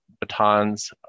batons